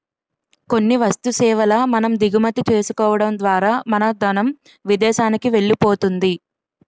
కొన్ని వస్తు సేవల మనం దిగుమతి చేసుకోవడం ద్వారా మన ధనం విదేశానికి వెళ్ళిపోతుంది